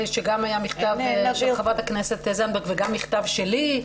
שגם היה מכתב של חברת הכנסת זנדברג וגם מכתב שלי,